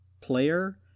player